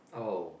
oh